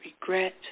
Regret